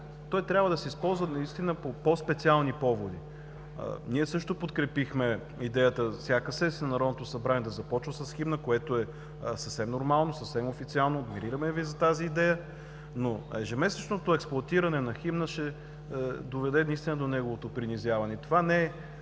трябва да се използва наистина по по-специални поводи. Ние също подкрепихме идеята всяка сесия на Народното събрание да започва с химна, което е съвсем нормално, съвсем официално, адмирираме Ви за тази идея, но ежемесечното експлоатиране на химна ще доведе до неговото принизяване. И това не е